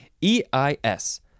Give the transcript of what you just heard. E-I-S